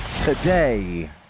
today